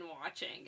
watching